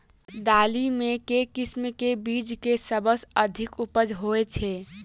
दालि मे केँ किसिम केँ बीज केँ सबसँ अधिक उपज होए छै?